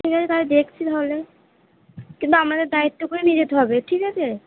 ঠিক আছে তাহলে দেখছি তাহলে কিন্তু আমাদের দায়িত্ব করে নিয়ে যেতে হবে ঠিক আছে